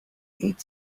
each